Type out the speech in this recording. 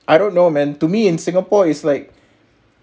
I don't know man to me in singapore it's like